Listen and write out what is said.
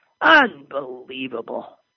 Unbelievable